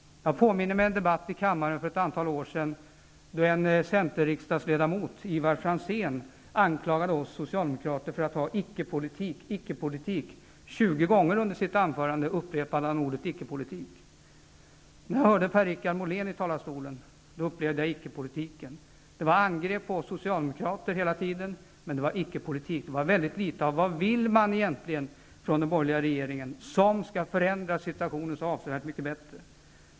Jag erinrar mig en debatt i kammaren för ett antal år sedan. En riksdagsledamot inom Centern, Ivar Franzén, anklagade oss socialdemokrater för att föra icke-politik. 20 gånger under sitt anförande upprepade han ordet icke-politik. När Per-Richard Molén var i talarstolen upplevde jag på nytt ickepolitiken. Hela tiden angreps vi socialdemokrater, men det var icke-politik. Det var mycket litet tal om vad den borgerliga regeringen vill åstadkomma för att göra situationen så avsevärt mycket bättre.